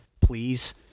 please